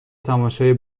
تماشای